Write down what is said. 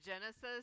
Genesis